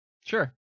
Sure